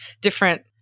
different